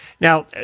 Now